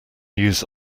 use